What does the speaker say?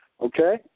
Okay